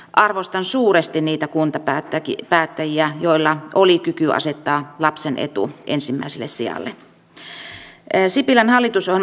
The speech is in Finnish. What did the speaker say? arvostan suuresti niitä kuntapäättäjiä joilla oli kyky asettaa lapsen etu ensimmäiselle sijalle